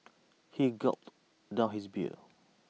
he gulped down his beer